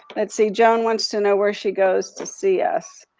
let's see. joan wants to know where she goes to see us.